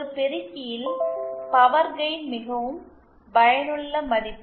ஒரு பெருக்கியில் power gain மிகவும் பயனுள்ள மதிப்பு